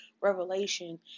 revelation